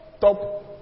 top